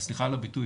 סליחה על הביטוי,